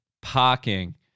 parking